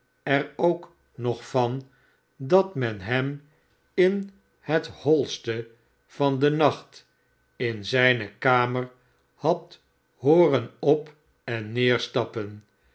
er k nog van dat men hem in het holste van den nacht in zijne kamer had hooren op en neer stappen